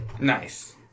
Nice